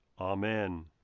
Amen